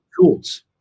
tools